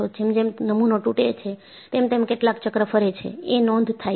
જેમ જેમ નમૂનો તૂટે છે તેમ તેમ કેટલાક ચક્ર ફરે છે એ નોંધ થાય છે